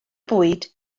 bwyd